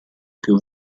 più